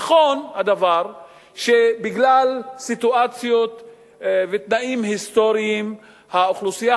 נכון הדבר שבגלל סיטואציות ותנאים היסטוריים האוכלוסייה